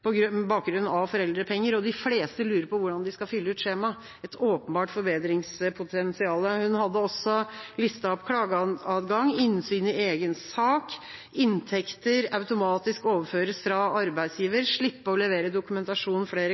bakgrunn av foreldrepenger, og de fleste lurer på hvordan de skal fylle ut skjemaet – et åpenbart forbedringspotensial. Hun hadde også listet opp klageadgang, innsyn i egen sak, inntekter automatisk overføres fra arbeidsgiver, slippe å levere dokumentasjon flere